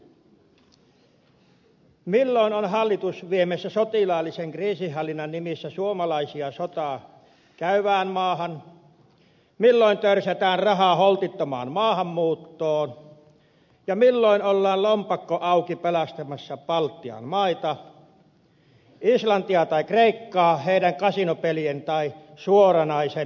milloin on hallitus viemässä sotilaallisen kriisinhallinnan nimissä suomalaisia sotaa käyvään maahan milloin törsätään rahaa holtittomaan maahanmuuttoon ja milloin ollaan lompakko auki pelastamassa baltian maita islantia tai kreikkaa heidän kasinopelien tai suoranaisen valehtelun suostaan